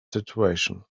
situation